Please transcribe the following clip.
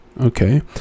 Okay